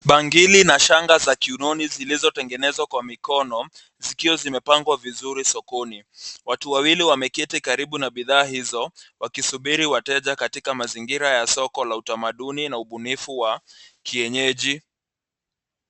Bangili na shanga za kiunoni zilizotengenezwa kwa mikono zikiwa zimepangwa vizuri sokoni. Watu wawili wameketi karibu na bidhaa hizo wakisubiri wateja katika mazingira ya soko la utamaduni na ubunifu wa kienyeji.